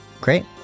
Great